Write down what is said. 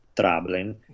troubling